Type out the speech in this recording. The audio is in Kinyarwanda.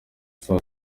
saa